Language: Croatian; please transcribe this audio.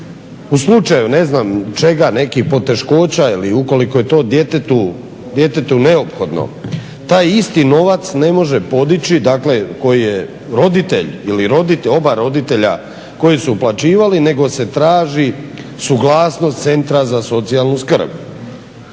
u slučaju ne znam čega, nekih poteškoća ili ukoliko je to djetetu neophodno taj isti novac ne može podići, dakle koji je roditelj ili oba roditelja koji su uplaćivali nego se traži suglasnost centra za socijalnu skrb.